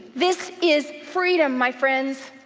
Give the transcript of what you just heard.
this is freedom, my friends.